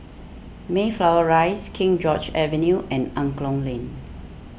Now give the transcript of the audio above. Mayflower Rise King George's Avenue and Angklong Lane